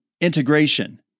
integration